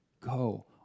go